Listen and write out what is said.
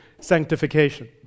sanctification